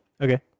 Okay